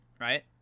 right